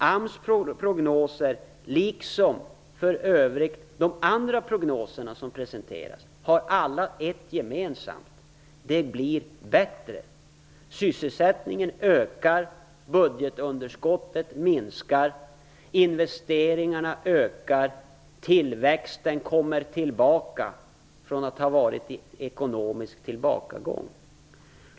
AMS prognoser liksom för övrigt andra prognoser som har presenterats har alla ett gemensamt, att det blir bättre. Sysselsättningen ökar, budgetunderskottet minskar, investeringarna ökar, tillväxten kommer tillbaka efter att ha varit i ekonomisk tillbakagång.